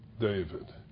David